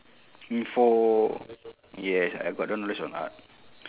info yes I got no knowledge on art